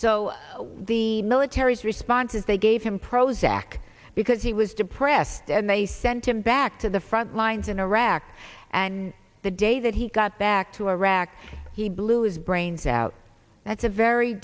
what the military's response is they gave him prozac because he was depressed and they sent him back to the front lines in iraq and the day that he got back to iraq he blew his brains out that's a very